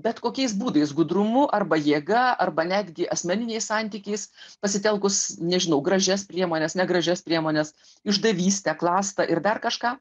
bet kokiais būdais gudrumu arba jėga arba netgi asmeniniais santykiais pasitelkus nežinau gražias priemones negražias priemones išdavystę klastą ir dar kažką